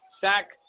sack